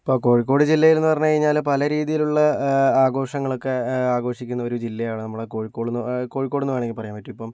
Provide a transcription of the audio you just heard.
ഇപ്പോൾ കോഴിക്കോട് ജില്ലയിൽ എന്ന് പറഞ്ഞുകഴിഞ്ഞാൽ പല രീതിയിലുള്ള ആഘോഷങ്ങൾ ഒക്കെ ആഘോഷിക്കുന്ന ഒരു ജില്ലയാണ് നമ്മുടെ കോഴിക്കോടെന്ന് കോഴിക്കോട് എന്ന് വേണമെങ്കിൽ പറയാൻ പറ്റും ഇപ്പോൾ